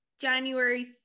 January